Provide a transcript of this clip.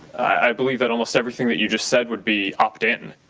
i believe that almost everything that you just said would be opt in.